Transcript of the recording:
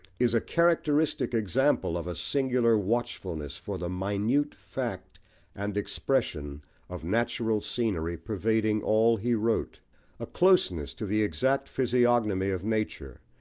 is a characteristic example of a singular watchfulness for the minute fact and expression of natural scenery pervading all he wrote a closeness to the exact physiognomy of nature,